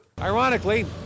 Ironically